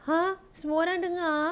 !huh! semua orang dengar